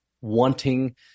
wanting